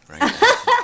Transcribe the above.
right